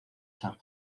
san